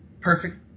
perfect